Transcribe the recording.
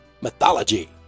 mythology